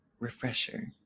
refresher